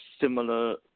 similar